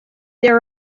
there